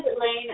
Lane